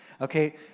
Okay